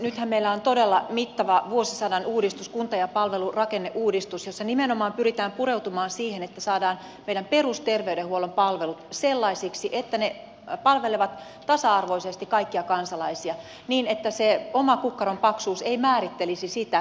nythän meillä on todella mittava vuosisadan uudistus kunta ja palvelurakenneuudistus jossa nimenomaan pyritään pureutumaan siihen että saadaan meidän perusterveydenhuollon palvelut sellaisiksi että ne palvelevat tasa arvoisesti kaikkia kansalaisia niin että se oman kukkaron paksuus ei määrittelisi sitä minkälaista hoitoa saa